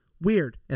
Weird